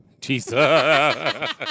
Jesus